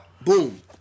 Boom